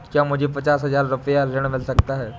क्या मुझे पचास हजार रूपए ऋण मिल सकता है?